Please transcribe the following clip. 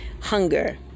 hunger